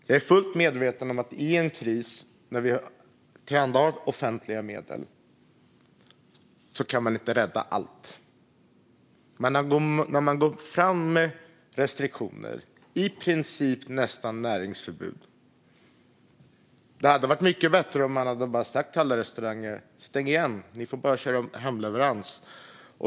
Jag är fullt medveten om att man inte kan rädda allt i en kris genom att tillhandahålla offentliga medel, men man går fram med restriktioner som i princip nästan innebär näringsförbud. Det hade varit mycket bättre om man bara hade sagt till alla restauranger att de skulle stänga igen och bara köra hemleveranser.